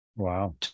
Wow